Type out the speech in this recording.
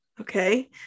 okay